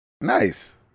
Nice